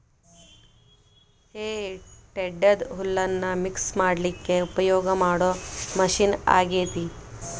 ಹೇ tedder ಹುಲ್ಲನ್ನ mix ಮಾಡ್ಲಿಕ್ಕೆ ಉಪಯೋಗ ಮಾಡೋ ಮಷೇನ್ ಆಗೇತಿ